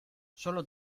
sólo